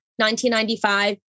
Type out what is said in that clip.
1995